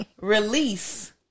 Release